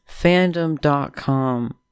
fandom.com